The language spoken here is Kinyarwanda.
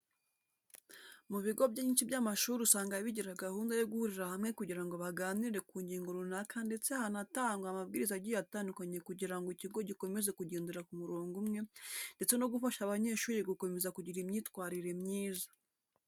Mu bigo byinshi by’amashuri usanga bigira gahunda yo guhurira hamwe kugira ngo baganire ku ngingo runaka ndetse hanatangwe amabwiriza agiye atandukanye kugira ngo ikigo gikomeze kugendera ku murongo umwe ndetse no gufasha abanyeshuri gukomeza kugira imyitwarire myiza.